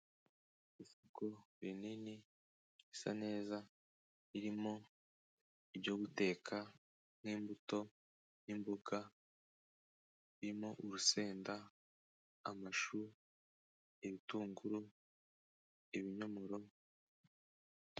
Isoko rinini, risa neza, ririmo ibyo guteka nk'imbuto n'imboga, ririmo urusenda, amashu, ibitunguru, ibinyomoro...